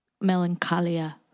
melancholia